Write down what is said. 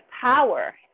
power